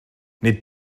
nid